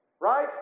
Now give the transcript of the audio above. right